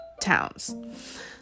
towns